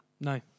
No